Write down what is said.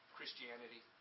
Christianity